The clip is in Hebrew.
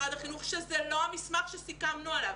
משרד החינוך שזה לא המסמך שסיכמנו עליו.